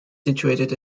situated